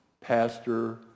pastor